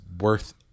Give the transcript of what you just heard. worth